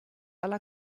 alla